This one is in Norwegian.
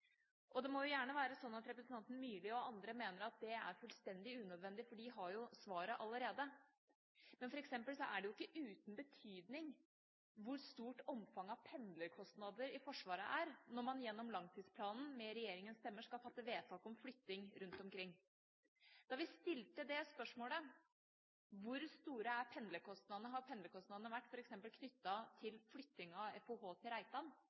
andre mener at det er fullstendig unødvendig, for de har jo svaret allerede. Men det er f.eks. ikke uten betydning hvor stort omfanget av pendlerkostnader i Forsvaret er når man gjennom langtidsplanen, med regjeringas stemmer, skal fatte vedtak om flytting rundt omkring. Da vi stilte dette spørsmålet, om hvor store pendlerkostnadene har vært, f.eks. knyttet til flyttingen av FOH til